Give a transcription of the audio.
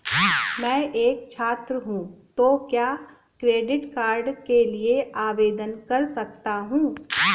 मैं एक छात्र हूँ तो क्या क्रेडिट कार्ड के लिए आवेदन कर सकता हूँ?